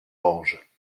orge